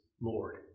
Lord